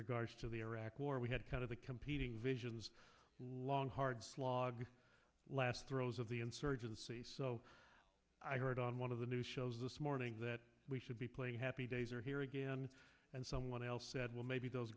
regards to the iraq war we had kind of the competing visions long hard slog last throes of the insurgency so i heard on one of the news shows this morning that we should be playing happy days are here again and someone else said well maybe those